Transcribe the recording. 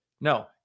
No